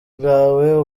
bwawe